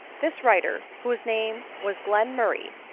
this writer, whose name was glenmurray,